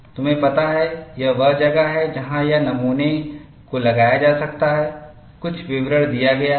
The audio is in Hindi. तुम्हें पता है यह वह जगह है जहाँ यह नमूने को लगाया जा सकता है कुछ विवरण दिया गया है